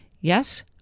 Yes